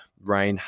rain